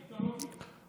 מיתולוגי.